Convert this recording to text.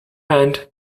hand